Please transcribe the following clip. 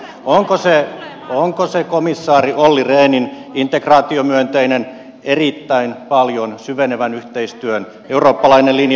onko se komissaari olli rehnin integraatiomyönteinen erittäin paljon syvenevän yhteistyön eurooppalainen linja